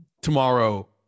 tomorrow